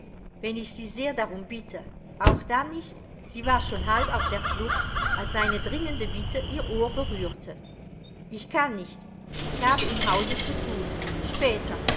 wenn ich sie sehr darum bitte auch dann nicht sie war schon halb auf der flucht als seine dringende bitte ihr ohr berührte ich kann nicht ich habe im hause zu thun später